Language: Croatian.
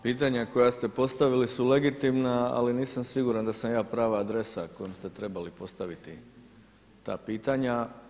Pitanja koja ste postavili su legitimna, ali nisam siguran da sam ja prava adresa kojom ste trebali postaviti ta pitanja.